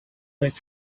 back